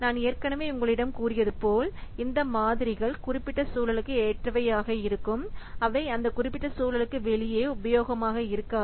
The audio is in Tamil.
நான் ஏற்கனவே உங்களிடம் கூறியது போல இந்த மாதிரிகள் குறிப்பிட்ட சூழலுக்கு ஏற்றவையாக இருக்கும் அவை அந்த குறிப்பிட்ட சூழலுக்கு வெளியே உபயோகமாக இருக்காது